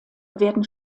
werden